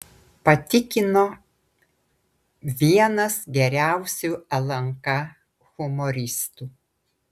patikino vienas geriausių lnk humoristų